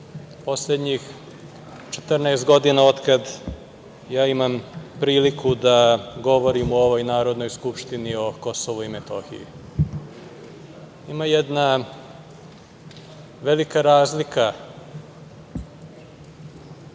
poslednjih 14 godina otkada ja imam priliku da govorim u ovoj Narodnoj skupštini o Kosovu i Metohiji. Ima jedna velika razlika